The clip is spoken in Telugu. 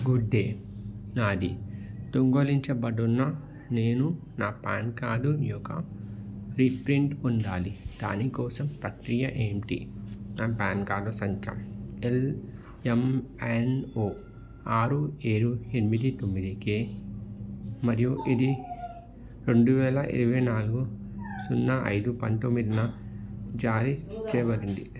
గుడ్ డే నాది దొంగిలించబడి ఉన్న నేను నా పాన్ కార్డు యొక్క రీప్రింట్ పొందాలి దాని కోసం ప్రక్రియ ఏంటి నా పాన్ కార్డు సంఖ్య ఎల్ఎంఎన్ఓ ఆరు ఏడు ఎనిమిది తొమ్మిది కె మరియు ఇది రెండు వేల ఇరవై నాలుగు సున్నా ఐదు పంతొమ్మిదన జారీ చేయబడింది